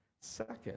second